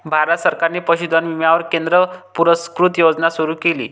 भारत सरकारने पशुधन विम्यावर केंद्र पुरस्कृत योजना सुरू केली